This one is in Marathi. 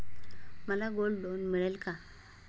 मला गोल्ड लोन मिळेल का?